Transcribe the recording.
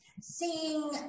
seeing